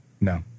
No